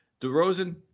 DeRozan